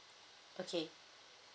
okay